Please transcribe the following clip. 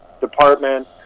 department